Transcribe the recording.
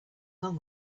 along